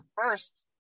first